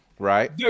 right